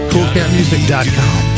CoolCampMusic.com